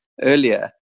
earlier